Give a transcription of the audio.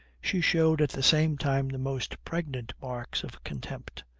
she showed at the same time the most pregnant marks of contempt,